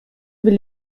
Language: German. will